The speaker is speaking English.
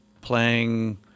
playing